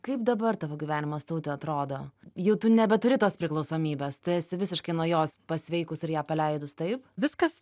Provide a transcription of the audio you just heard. kaip dabar tavo gyvenimas taue atrodo jau tu nebeturi tos priklausomybės tu esi visiškai nuo jos pasveikus ir ją paleidus taip viskas